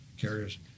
carriers